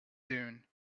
dune